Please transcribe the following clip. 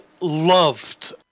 loved